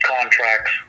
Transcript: contracts